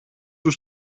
τους